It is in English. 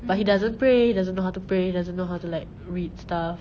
but he doesn't pray he doesn't know how to pray doesn't know how to like read stuff